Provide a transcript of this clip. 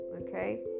okay